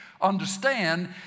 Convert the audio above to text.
understand